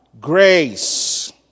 grace